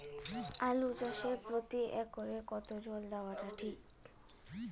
আলু চাষে প্রতি একরে কতো জল দেওয়া টা ঠিক?